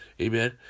Amen